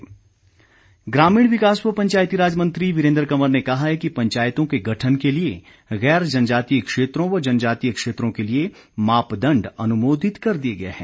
वीरेन्द्र कंवर ग्रामीण विकास व पंचायतीराज मंत्री वीरेन्द्र कंवर ने कहा है कि पंचायतों के गठन के लिए गैर जनजातीय क्षेत्रों व जनजातीय क्षेत्रों के लिए मापदंड अनुमोदित कर दिए गए हैं